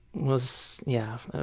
was yeah.